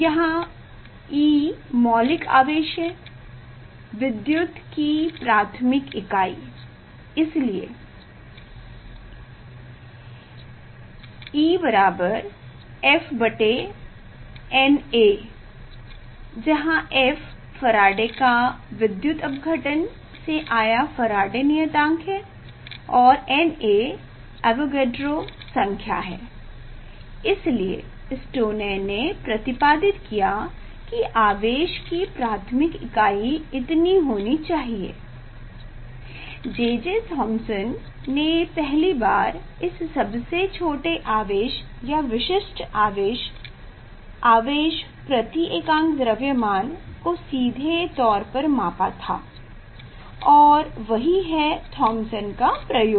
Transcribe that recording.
यहाँ e मौलिक आवेश है विद्युत की प्राथमिक इकाई इसलिए e बराबर FNA जहाँ F फराडे का विद्युत अपघटन से आया फराडे नियतांक है और NA अवगाद्रो संख्या है इसलिए स्टोनेय ने प्रतिपादित किया की आवेश की प्राथमिक इकाई इतनी होनी चाहिए जे जे थामसन से पहली बार इस सबसे छोटे आवेश या विशिष्ट आवेश आवेश प्रति एकांक द्रव्यमान को सीधे तौर पर मापा था और वही है थामसन का प्रयोग